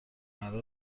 قرار